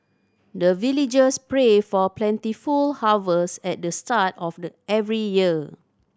the villagers pray for plentiful harvest at the start of the every year